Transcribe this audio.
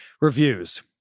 reviews